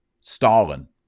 Stalin